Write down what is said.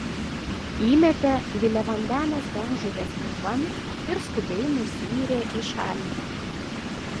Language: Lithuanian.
įmetė giliavandenės bangžuvės pilvan ir skubiai nusiyrė į šalį